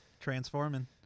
Transforming